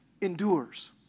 endures